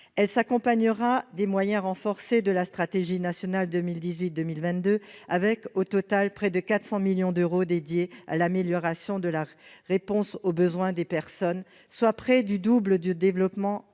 Elle s'accompagnera des moyens renforcés de la stratégie nationale 2018-2022, avec, au total, près de 400 millions d'euros dédiés à l'amélioration de la réponse aux besoins des personnes, soit près du double de l'enveloppe du troisième